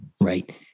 right